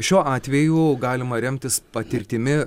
šiuo atveju galima remtis patirtimi